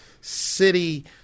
City